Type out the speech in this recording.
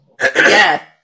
yes